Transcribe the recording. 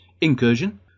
Incursion